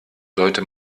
sollte